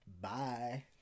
bye